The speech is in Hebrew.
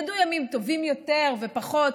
ידעו ימים טובים יותר ופחות,